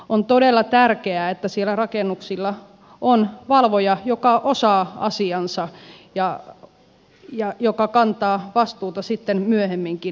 on todella tärkeää että rakennuksilla on valvoja joka osaa asiansa ja joka kantaa vastuuta sitten myöhemminkin